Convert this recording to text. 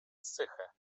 psyche